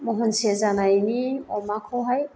महनसे जानायनि अमाखौहाय